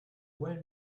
well